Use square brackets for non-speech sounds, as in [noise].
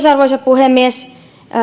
[unintelligible] arvoisa puhemies